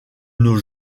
nos